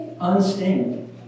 Unstained